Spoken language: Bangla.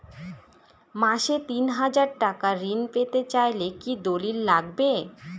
মাসে তিন হাজার টাকা ঋণ পেতে চাইলে কি দলিল লাগবে?